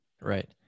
Right